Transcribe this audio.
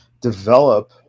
Develop